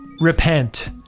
repent